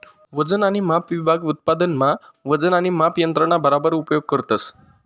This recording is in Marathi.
वजन आणि माप विभाग उत्पादन मा वजन आणि माप यंत्रणा बराबर उपयोग करतस